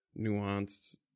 nuanced